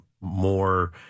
more –